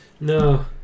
No